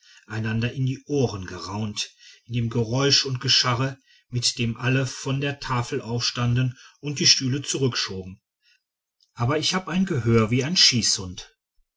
einander in die ohren geraunt in dem geräusch und gescharre mit dem alle von der tafel aufstanden und die stühle zurückschoben aber ich hab ein gehör wie ein schießhund